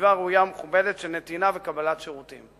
לסביבה ראויה ומכובדת של נתינה וקבלה של שירותים.